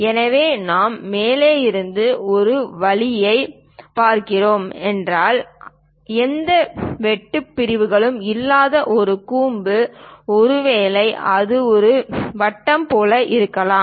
எனவே நாம் மேலே இருந்து ஒரு வழியைப் பார்க்கிறோம் என்றால் எந்த வெட்டு பிரிவுகளும் இல்லாத ஒரு கூம்பு ஒருவேளை அது ஒரு வட்டம் போல இருக்கலாம்